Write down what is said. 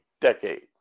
decades